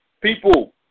people